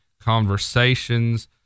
conversations